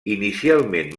inicialment